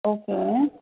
ஓகேங்க